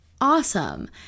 Awesome